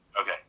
Okay